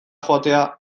joatea